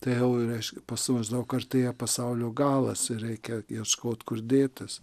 tai jau reiškia įsivaizduok artėja pasaulio galas ir reikia ieškot kur dėtis